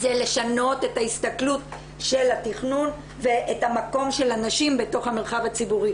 זה לשנות את ההסתכלות של התכנון ואת המקום של הנשים בתוך המרחב הציבורי.